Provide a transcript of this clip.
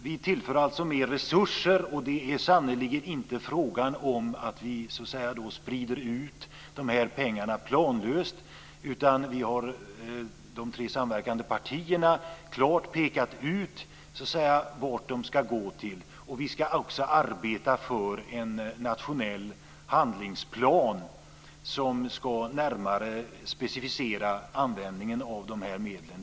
Vi tillför alltså mer resurser, och det är sannerligen inte fråga om att vi sprider ut de här pengarna planlöst. Vi i de tre samverkande partierna har klart pekat ut vart de ska gå. Vi ska också arbeta för en nationell handlingsplan som närmare ska specificera användningen av de här medlen.